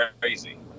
crazy